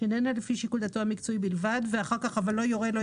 "לפי שיקול דעתו המקצועי בלבד" ואחר כך "לא יורה".